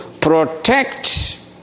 protect